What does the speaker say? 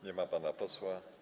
Nie ma pana posła.